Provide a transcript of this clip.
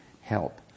help